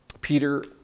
Peter